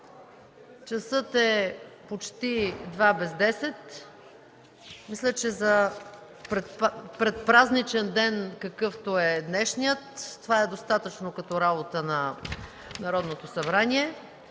Часът е почти два без десет и мисля, че за предпразничен ден, какъвто е днешният, това е достатъчно като работа на Народното събрание,